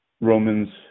Romans